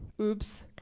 Oops